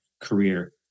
career